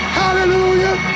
hallelujah